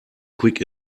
quick